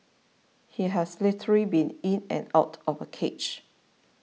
he has literally been in and out of a cage